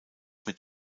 mit